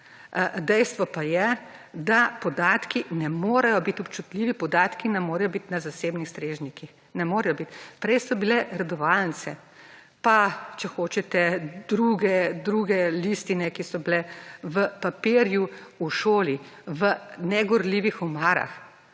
Dejstvo pa je, da podatki ne morejo biti občutljivi podatki ne morejo biti na zasebnih strežnikih, ne moje biti. Prej so bile redovalnice pa, če hočete druge listine, ki so bile v papirju v šoli v negorljivih omarah